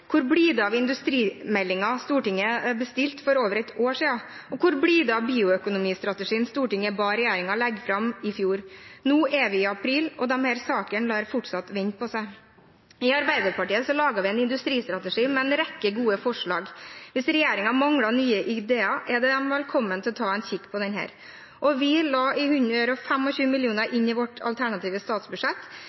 over et år siden? Hvor blir det av bioøkonomistrategien Stortinget ba regjeringen legge fram i fjor? Nå er vi i april, og disse sakene lar fortsatt vente på seg. I Arbeiderpartiet laget vi en industristrategi med en rekke gode forslag. Hvis regjeringen mangler nye ideer, er de velkomne til å ta en kikk på denne. Vi la 125 mill. kr inn i vårt alternative statsbudsjett